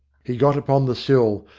he got upon the sill,